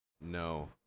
No